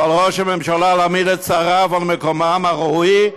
ועל ראש הממשלה להעמיד את שריו על מקומם הראוי,